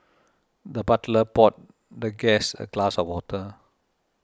the butler poured the guest a glass of water